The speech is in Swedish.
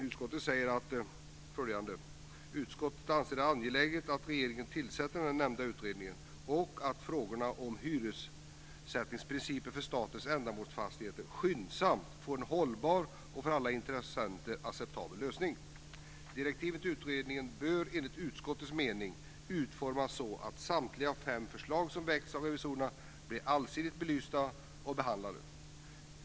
Utskottet säger: "Utskottet anser att det är angeläget att regeringen tillsätter den nämnda utredningen och att frågorna om hyressättningsprinciper för statens ändamålsfastigheter skyndsamt får en hållbar och för alla intressenter acceptabel lösning. Direktiven till utredningen bör enligt utskottets mening utformas så att samtliga fem förslag som väckts av revisorerna blir allsidigt belysta och behandlade.